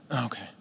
okay